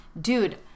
dude